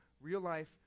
Real-life